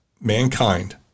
mankind